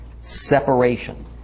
Separation